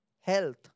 health